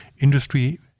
industry